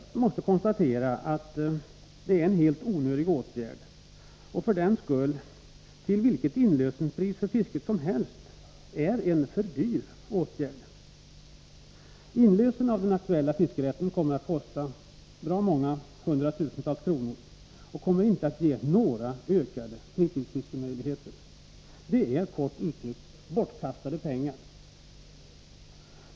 Jag måste konstatera att det är en helt onödig åtgärd och för den skull, till vilket inlösenpris som helst, en för dyr åtgärd. Inlösen av den aktuella fiskerätten kommer att kosta bra många hundratusental kronor och kommer inte att ge några ökade fritidsfiskemöjligheter. Det är, kort uttryckt, bortkastade pengar.